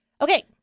Okay